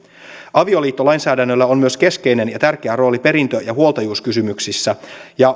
avioliittolainsäädännöllä on myös keskeinen ja tärkeä rooli perintö ja huoltajuuskysymyksissä ja